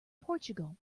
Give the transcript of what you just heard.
portugal